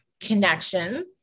connection